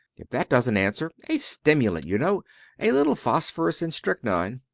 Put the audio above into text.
if that doesnt answer, a stimulant, you know a little phosphorus and strychnine.